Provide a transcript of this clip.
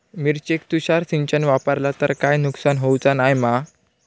मिरचेक तुषार सिंचन वापरला तर काय नुकसान होऊचा नाय मा?